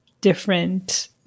different